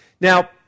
Now